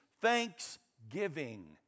thanksgiving